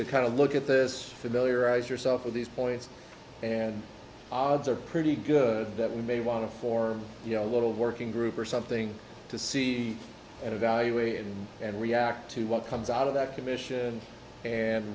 to kind of look at this familiarize yourself with these points and odds are pretty good that we may want to for you know a little working group or something to see and evaluate and react to what comes out of that commission and